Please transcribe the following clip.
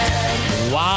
Wow